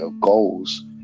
goals